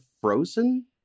frozen